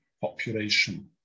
population